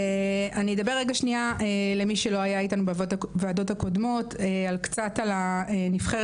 אני אדבר רגע שנייה למי שלא היה איתנו בוועדות הקודמות- קצת על הנבחרת